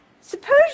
Suppose